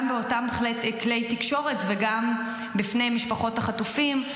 גם באותם כלי תקשורת וגם בפני משפחות החטופים,